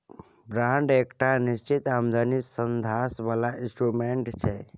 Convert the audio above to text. bond एकटा निश्चित आमदनीक साधंश बला इंस्ट्रूमेंट छै